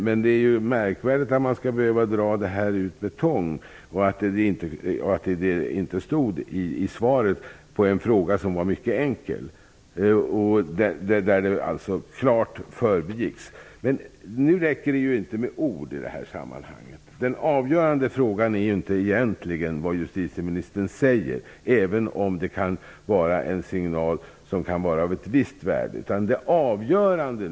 Men det är märkvärdigt att man skall behöva dra ut svaret med tång och att det inte framgick av svaret på en mycket enkel fråga som klart förbigicks. Nu räcker det inte med ord i det här sammanhanget. Den avgörande frågan är ju egentligen inte vad justitieministern säger, även om det kan vara en signal av ett visst värde.